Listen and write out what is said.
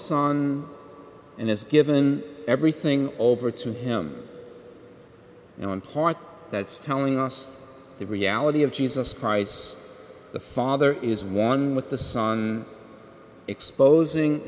son and has given everything over to him now in part that's telling us the reality of jesus christ the father is one with the son exposing